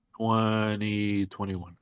2021